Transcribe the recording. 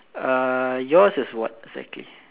err yours is what exactly